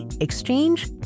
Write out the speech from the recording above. exchange